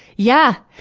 yeah!